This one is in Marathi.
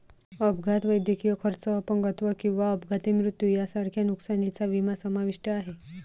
अपघात, वैद्यकीय खर्च, अपंगत्व किंवा अपघाती मृत्यू यांसारख्या नुकसानीचा विमा समाविष्ट आहे